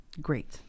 Great